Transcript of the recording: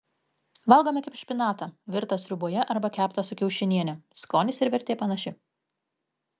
valgome kaip špinatą virtą sriuboje arba keptą su kiaušiniene skonis ir vertė panaši